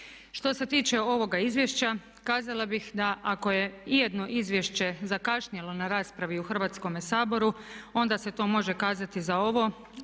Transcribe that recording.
Što se tiče ovoga izvješća kazala bih da ako je ijedno izvješće zakašnjelo na raspravi u Hrvatskome saboru onda se to može kazati za ovo